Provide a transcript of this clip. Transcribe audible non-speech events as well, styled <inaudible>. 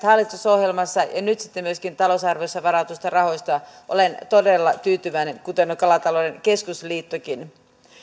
<unintelligible> hallitusohjelmassa ja nyt sitten myöskin talousarviossa varatuista rahoista olen todella tyytyväinen kuten on kalatalouden keskusliittokin